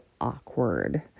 awkward